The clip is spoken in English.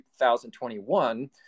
2021